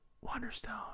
Wonderstone